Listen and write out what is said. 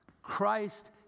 Christ